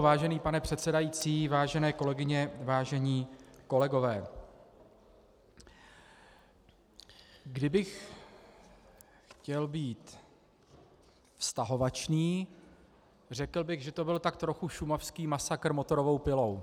Vážený pane předsedající, vážené kolegyně, vážení kolegové, kdybych chtěl být vztahovačný, řekl bych, že to byl tak trochu šumavský masakr motorovou pilou.